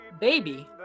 Baby